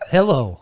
Hello